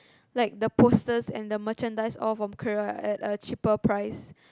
like the posters and the Merchandise all from Korea at a cheaper price